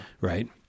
Right